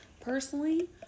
Personally